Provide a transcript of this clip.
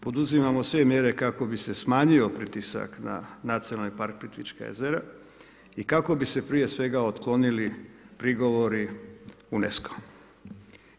Poduzimamo sve mjere kako bi se smanjio pritisak na Nacionalni park Plitvička jezera i kako bi se prije svega otklonili prigovori UNESCO-a.